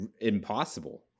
impossible